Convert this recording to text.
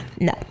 No